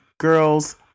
girls